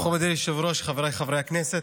מכובדי היושב-ראש, חבריי חברי הכנסת,